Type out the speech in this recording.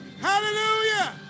Hallelujah